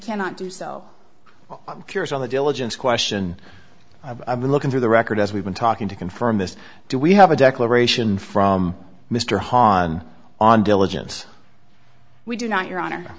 cannot do so i'm curious on the diligence question i've been looking through the record as we've been talking to confirm this do we have a declaration from mr han on diligence we do not your honor